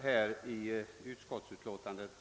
Herr talman!